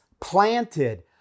planted